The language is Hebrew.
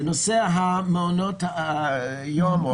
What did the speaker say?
בנושא מעונות היום.